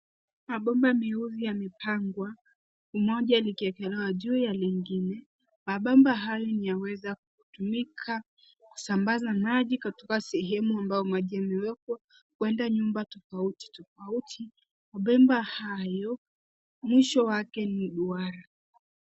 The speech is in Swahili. Mabomba meusi yamepangwa moja likiekelewa juu ya lingine. Mabomba hayo inaweza kutumika kusambaza maji katika sehemu ambao maji imewekwa kwenda nyumba tofauti tofauti. Mabomba hayo mwisho wake ni duara.